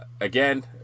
again